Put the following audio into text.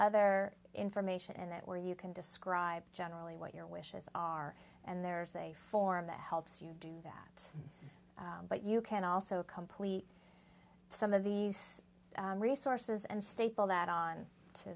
other information and that where you can describe generally what your wishes are and there's a form that helps you do but you can also complete some of these resources and staple that on to